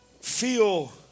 feel